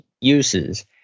uses